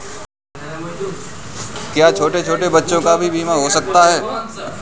क्या छोटे छोटे बच्चों का भी बीमा हो सकता है?